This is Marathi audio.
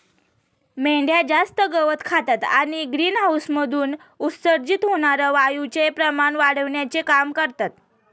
मेंढ्या जास्त गवत खातात आणि ग्रीनहाऊसमधून उत्सर्जित होणार्या वायूचे प्रमाण वाढविण्याचे काम करतात